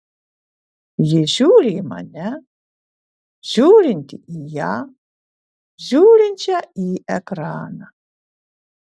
ji žiūri į mane žiūrintį į ją žiūrinčią į ekraną